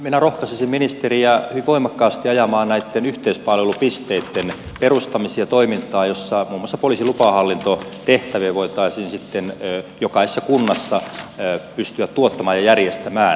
minä rohkaisisin ministeriä hyvin voimakkaasti ajamaan näitten yhteispalvelupisteitten perustamisia ja toimintaa jossa muun muassa poliisin lupahallintotehtäviä voitaisiin sitten jokaisessa kunnassa pystyä tuottamaan ja järjestämään